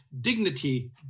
Dignity